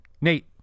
Nate